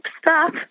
stop